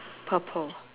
purple